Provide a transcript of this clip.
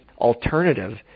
alternative